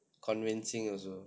convincing also